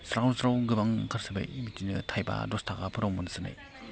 ज्राव ज्राव गोबां ओंखारसोबाय बिदिनो थाइबा दस थाखाफोराव मोनसोनाय